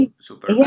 super